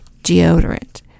deodorant